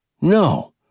No